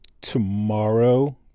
tomorrow